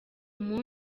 munsi